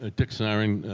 ah dick syron,